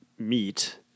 meet